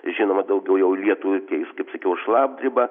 žinoma daugiau jau lietų keis kaip sakiau šlapdriba